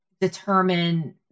determine